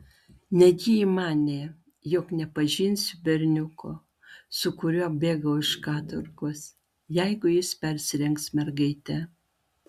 negi ji manė jog nepažinsiu berniuko su kuriuo bėgau iš katorgos jeigu jis persirengs mergaite